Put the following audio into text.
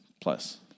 plus